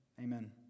Amen